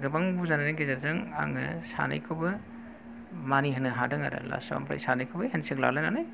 गोबां बुजायनायनि गेजेरजों आङो सानैखौबो मानिहोनो हादों आरो लास्ट आव ओमफ्राय सानैखौबो हेनसेक लालायनानै